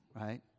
right